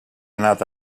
anat